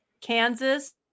Kansas